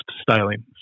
styling